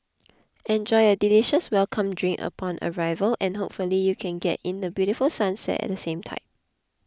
enjoy a delicious welcome drink upon arrival and hopefully you can get in the beautiful sunset at the same time